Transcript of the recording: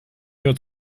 hört